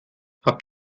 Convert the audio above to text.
habt